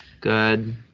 good